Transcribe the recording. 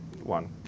one